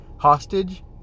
hostage